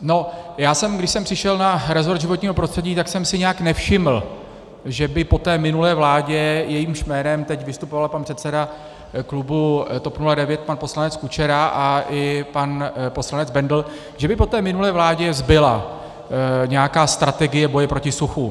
No, když jsem přišel na resort životního prostředí, tak jsem si nějak nevšiml, že by po té minulé vládě, jejímž jménem teď vystupoval pan předseda klubu TOP 09 pan poslanec Kučera a i pan poslanec Bendl, že by po té minulé vládě zbyla nějaká strategie boje proti suchu.